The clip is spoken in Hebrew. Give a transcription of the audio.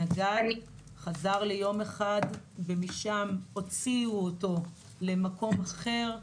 הנגד חזר ליום אחד ומשם הוציאו אותו למקום אחר,